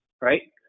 right